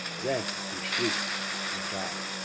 then he shrieked and died.